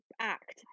act